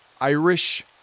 Irish